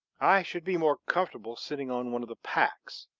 i should be more comfortable sitting on one of the packs.